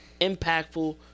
impactful